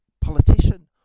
politician